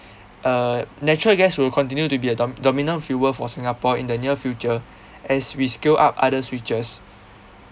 uh natural gas will continue to be a dom~ dominant fuel for singapore in the near future as we scale up other switches